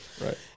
Right